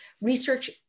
research